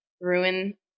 ruin